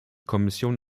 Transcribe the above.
kommission